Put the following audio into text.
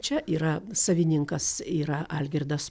čia yra savininkas yra algirdas